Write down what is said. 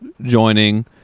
joining